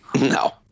no